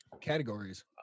Categories